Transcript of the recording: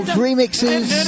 remixes